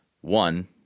one